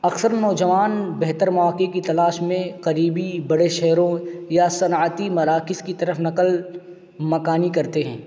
اکثر نوجوان بہتر مواقع کی تلاش میں قریبی بڑے شہروں یا صنعتی مراکز کی طرف نقل مکانی کرتے ہیں